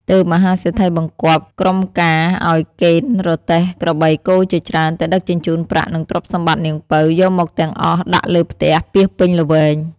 ទើបមហាសេដ្ឋីបង្គាប់ក្រុមការឲ្យកេណ្ឌរទេះក្របីគោជាច្រើន ទៅដឹកជញ្ជូនប្រាក់និងទ្រព្យសម្បត្តិនាងពៅ យកមកទាំងអស់ ដាក់លើផ្ទះពាសពេញល្វែង។